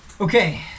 Okay